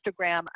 Instagram